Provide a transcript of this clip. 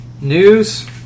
News